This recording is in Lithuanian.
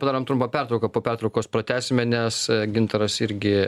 padarom trumpą pertrauką po pertraukos pratęsime nes gintaras irgi